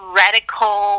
radical